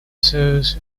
source